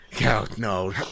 no